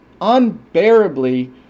unbearably